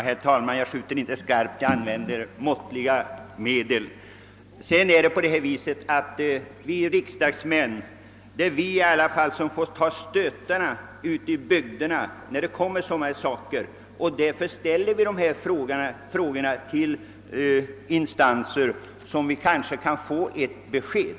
Herr talman! Jag skjuter inte skarpt utan har här använt mycket måttliga medel. Det är ju ändå vi riksdagsmän ute i bygderna som får ta stötarna när ärenden av detta slag dyker upp, och därför ställer vi sådana här frågor till instanser från vilka vi kan hoppas på ett besked.